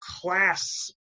class